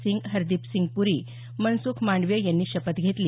सिंग हरदीपसिंग प्री मनसुख मांडवीय यांनी शपथ घेतली